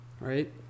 right